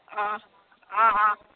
অঁ অঁ অঁ